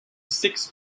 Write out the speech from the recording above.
six